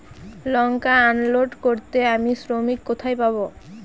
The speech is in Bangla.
লঙ্কা আনলোড করতে আমি শ্রমিক কোথায় পাবো?